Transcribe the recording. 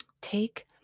take